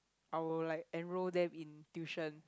I will like enroll them in tuition